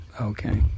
Okay